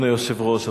אדוני היושב-ראש,